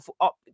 up